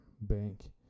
bank